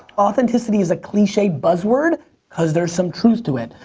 authenticity is a cliche buzzword cause there's some truth to it.